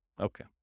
Okay